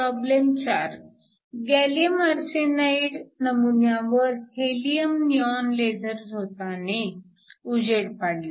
problem 4 gallium arsenide नमुन्यावर helium neon laser झोताने उजेड पाडला